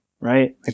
Right